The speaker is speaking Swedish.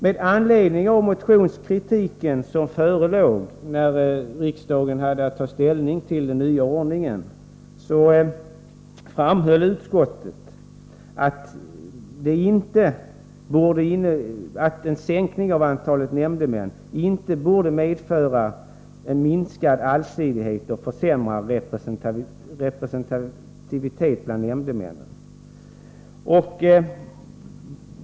Med anledning av den motionskritik som förelåg när riksdagen hade att ta ställning till den nya ordningen framhöll utskottet att en sänkning av antalet nämndemän inte borde medföra en minskad allsidighet och försämrad representativitet bland nämndemännen.